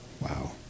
Wow